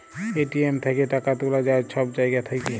ATM থ্যাইকে টাকা তুলা যায় ছব জায়গা থ্যাইকে